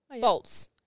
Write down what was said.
Bolts